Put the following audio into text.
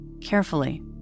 carefully